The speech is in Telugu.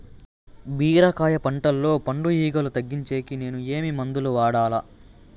బీరకాయ పంటల్లో పండు ఈగలు తగ్గించేకి నేను ఏమి మందులు వాడాలా?